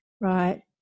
right